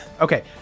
Okay